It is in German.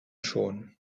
schon